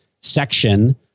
section